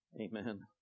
Amen